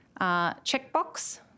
checkbox